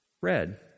red